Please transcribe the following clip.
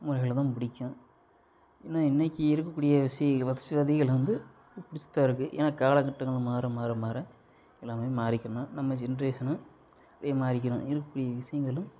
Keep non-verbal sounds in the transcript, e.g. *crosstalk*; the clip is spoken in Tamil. *unintelligible* தான் பிடிக்கும் ஏன்னா இன்னைக்கு இருக்கக்கூடிய சி வசதிகள் வந்து பிடிச்சி தான் இருக்கு ஏன்னா காலக்கட்டங்கள் மாற மாற மாற எல்லாமே மாறிக்கணும் நம்ம ஜென்ட்ரேஷனும் அப்படியே மாறிக்கணும் *unintelligible* விஷயங்களும்